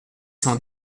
cent